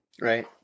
Right